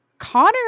Connor